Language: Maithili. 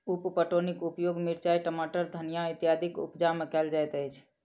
उप पटौनीक उपयोग मिरचाइ, टमाटर, धनिया इत्यादिक उपजा मे कयल जाइत अछि